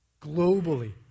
globally